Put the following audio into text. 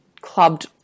clubbed